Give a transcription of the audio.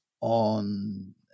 on